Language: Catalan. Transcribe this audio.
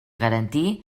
garantir